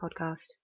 podcast